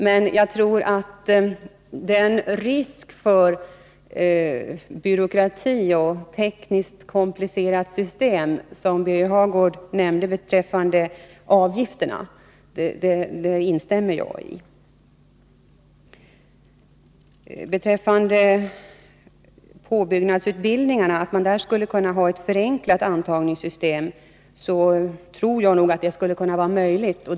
Men jag instämmer i vad Birger Hagård sade om risken för byråkrati och tekniskt komplicerat system i fråga om avgifterna. När det gäller påbyggnadsutbildningarna tror jag nog att det skulle kunna vara möjligt att införa ett förenklat antagningssystem.